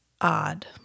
odd